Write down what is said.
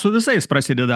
su visais prasideda